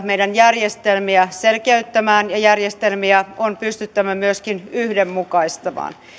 meidän järjestelmiä selkeyttämään ja järjestelmiä on pystyttävä myöskin yhdenmukaistamaan